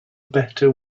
better